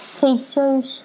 teachers